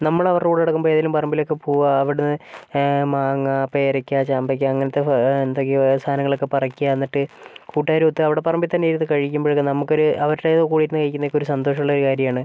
നമ്മളവരുടെ കൂടെ നടക്കുമ്പോൾ ഏതേലും പറമ്പിലേക്ക് പോകുക അവിടുന്ന് മാങ്ങ പേരയ്ക്ക ചാമ്പയ്ക്ക അങ്ങനത്തെ എന്തൊക്കെയോ സാധനങ്ങളൊക്കെ പറിക്കാ എന്നിട്ട് കൂട്ടുകാരുമൊത്ത് അവിടെ പറമ്പിത്തന്നെ ഇരുന്ന് കഴിക്കുമ്പോഴൊക്കെ നമുക്കൊരു അവരുടേ കൂടെ ഇരുന്നു കഴിക്കുന്നെയൊക്കെ ഒരു സന്തോഷം ഉള്ള ഒരു കാര്യമാണ്